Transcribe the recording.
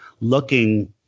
looking